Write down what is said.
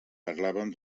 parlàvem